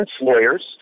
lawyers